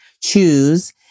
choose